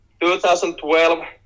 2012